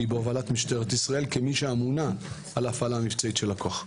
הוא בהובלת משטרת ישראל כמי שאמונה על ההפעלה המבצעית של הכוח.